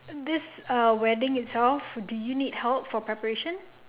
this uh wedding itself do you need help for preparation